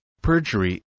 perjury